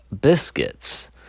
biscuits